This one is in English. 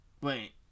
Wait